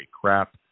crap